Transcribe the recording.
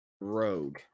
Rogue